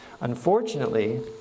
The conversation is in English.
Unfortunately